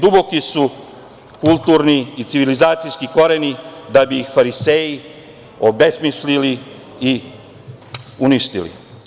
Duboki su kulturni i civilizacijski koreni da bi ih fariseji obesmislili i uništili.